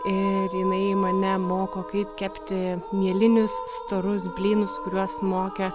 ir jinai mane moko kaip kepti mielinius storus blynus kuriuos mokė